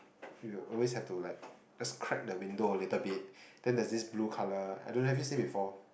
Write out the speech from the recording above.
you always have to like just crack the window a little bit then there's this blue colour I don't have this thing before